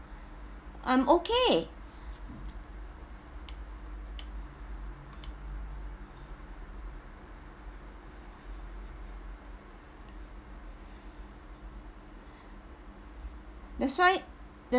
I'm okay that's why that's